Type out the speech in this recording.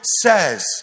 says